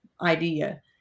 idea